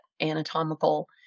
anatomical